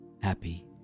happy